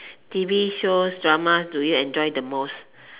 T_V shows drama shows do you enjoy the most